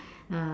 uh